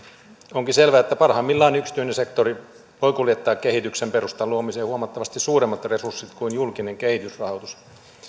onkin selvää että parhaimmillaan yksityinen sektori voi kuljettaa kehityksen perustan luomiseen huomattavasti suuremmat resurssit kuin julkinen kehitysrahoitus